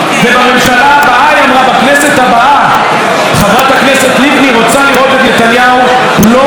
בכנסת הבאה חברת הכנסת לבני רוצה לראות את נתניהו לא בתפקיד ראש הממשלה.